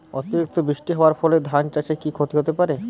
অতিরিক্ত বৃষ্টি হওয়ার ফলে ধান চাষে কি ক্ষতি হতে পারে?